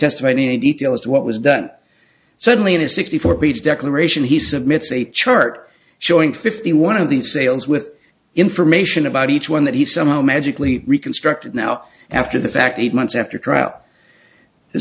testify in any detail as to what was done suddenly in a sixty four page declaration he submits a chart showing fifty one of these sales with information about each one that he somehow magically reconstructed now after the fact eight months after trial the